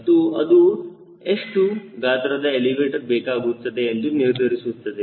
ಮತ್ತು ಅದು ಎಷ್ಟು ಗಾತ್ರದ ಎಲಿವೇಟರ್ ಬೇಕಾಗುತ್ತದೆ ಎಂದು ನಿರ್ಧರಿಸುತ್ತದೆ